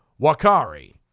Wakari